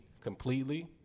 completely